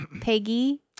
Peggy